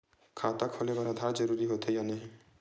खाता खोले बार आधार जरूरी हो थे या नहीं?